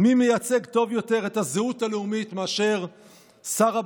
מי מייצג טוב יותר את הזהות הלאומית מאשר שר הבט"ל,